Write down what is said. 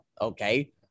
okay